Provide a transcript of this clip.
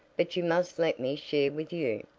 but you must let me share with you.